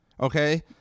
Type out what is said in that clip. Okay